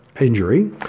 injury